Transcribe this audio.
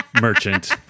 merchant